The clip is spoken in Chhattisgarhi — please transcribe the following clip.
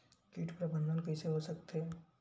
कीट प्रबंधन कइसे हो सकथे?